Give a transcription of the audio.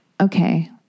Okay